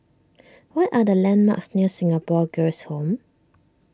what are the landmarks near Singapore Girls' Home